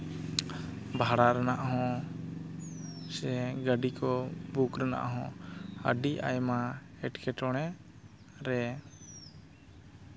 ᱵᱷᱟᱲᱟ ᱨᱮᱱᱟᱜ ᱦᱚᱸ ᱥᱮ ᱜᱟᱹᱰᱤ ᱠᱚ ᱵᱩᱠ ᱨᱮᱱᱟᱜ ᱦᱚᱸ ᱟᱹᱰᱤ ᱟᱭᱢᱟ ᱮᱴᱠᱮᱴᱚᱬᱮ ᱨᱮ